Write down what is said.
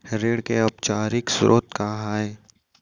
ऋण के अनौपचारिक स्रोत का आय?